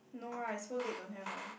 no [right] so late don't have [right]